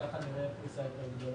כך נראה פריסה יותר גדולה.